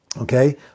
Okay